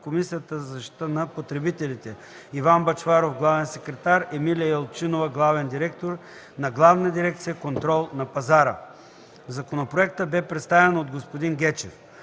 Комисията за защита на потребителите – Иван Бъчваров – главен секретар, Емилия Елчинова – главен директор на Главна дирекция „Контрол на пазара”. Законопроектът беше представен от господин Гечев.